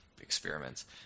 experiments